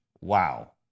Wow